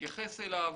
תתייחס אליו.